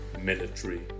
military